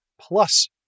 plus